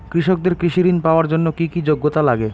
কৃষকদের কৃষি ঋণ পাওয়ার জন্য কী কী যোগ্যতা লাগে?